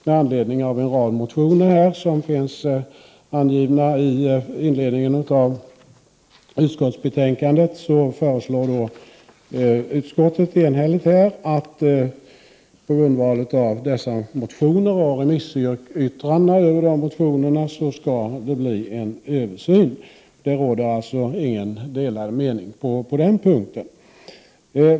Med anledning av en rad motioner som finns angivna i inledningen till utskottsbetänkandet föreslår utskottet enhälligt att det skall göras en översyn på grundval av dessa motioner och remissyttrandena över dem. På den punkten råder alltså inga delade meningar.